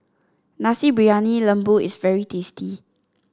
Nasi Briyani Lembu is very tasty